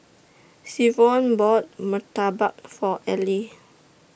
Savion bought Murtabak For Ally